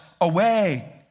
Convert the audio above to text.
away